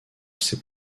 ces